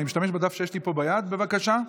אני משתמש בדף שיש לי פה ביד, בבקשה.